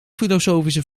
filosofische